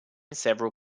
several